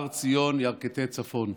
הר ציון ירכתי צפון.